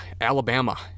alabama